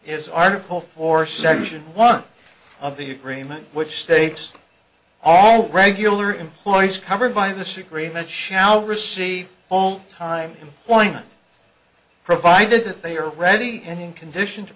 is article four section one of the agreement which states all regular employees covered by this agreement shall receive all time employment provided that they are ready and in condition to